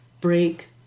break